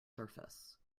surface